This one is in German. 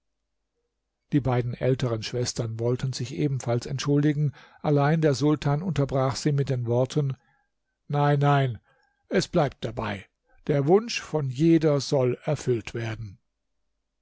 die beiden älteren schwestern wollten sich ebenfalls entschuldigen allein der sultan unterbrach sie mit den worten nein nein es bleibt dabei der wunsch von jeder soll erfüllt werden